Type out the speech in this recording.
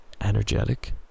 energetic